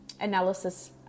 analysis